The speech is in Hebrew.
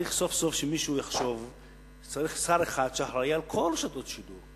צריך סוף-סוף שמישהו יחשוב שצריך שר אחד שאחראי לכל רשתות השידור,